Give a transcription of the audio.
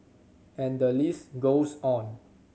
and the list goes on